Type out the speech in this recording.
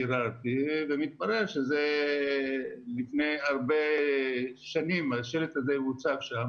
ביררתי והתברר שלפני הרבה שנים השלט הזה הוצב שם.